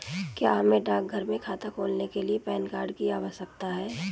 क्या हमें डाकघर में खाता खोलने के लिए पैन कार्ड की आवश्यकता है?